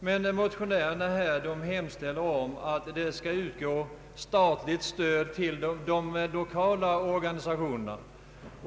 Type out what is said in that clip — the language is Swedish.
Men motionärerna hemställer om att det skall utgå statligt stöd till de lokala organisationerna.